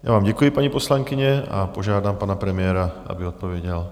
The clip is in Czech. Já vám děkuji, paní poslankyně, a požádám pana premiéra, aby odpověděl.